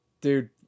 dude